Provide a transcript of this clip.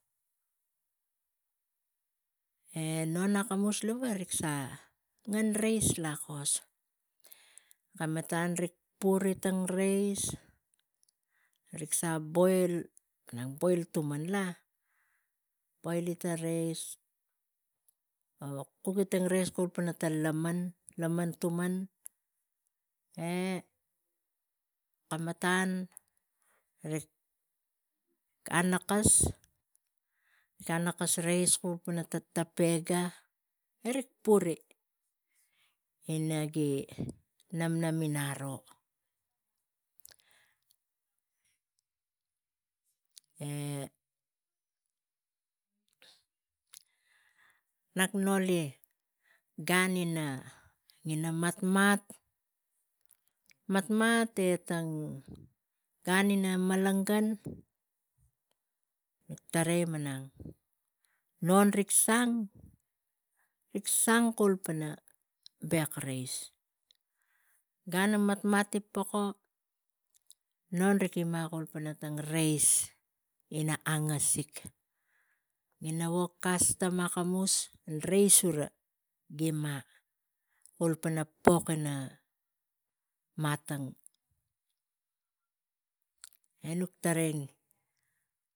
E non akamus lava rik sa ngen reis lakos, kamatan rik puri tang reis, rik sa boil, boil tuman la, boili tang reis kugi tang reis kum pana laman tuman e kamatan rik anakas, rik puri ina gi namnamin aro e nak noli gan ina matmat. Matmat e tang gan ina kara tarai malang non rik sang kulpe bek reis gan na matmat i koko non riga ime pana tang reis ina angasik iri wok kastam kamus rik lisani gima sura, kul pana pok ina matang e nuk tarai.